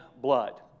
blood